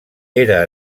era